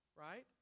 right